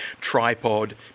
Tripod